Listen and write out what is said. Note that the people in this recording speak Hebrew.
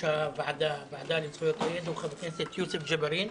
הוועדה לזכויות הילד הוא חבר הכנסת יוסף ג'בארין,